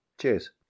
cheers